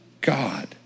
God